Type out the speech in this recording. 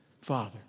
Father